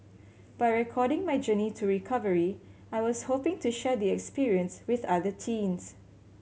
by recording my journey to recovery I was hoping to share the experience with other teens